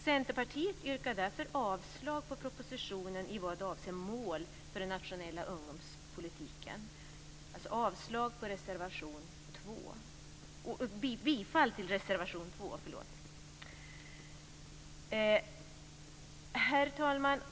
Centerpartiet yrkar därför avslag på propositionen i vad avser mål för den nationella ungdomspolitiken och bifall till reservation 2. Herr talman!